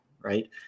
right